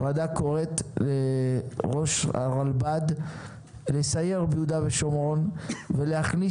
הוועדה קוראת לראש הרלב"ד לסייר ביהודה ושומרון ולהכניס